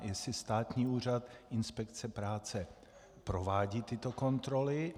Jestli Státní úřad inspekce práce provádí tyto kontroly.